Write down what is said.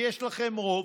כי יש לכם רוב,